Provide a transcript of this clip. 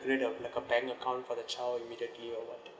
create like a bank account for the child immediately or what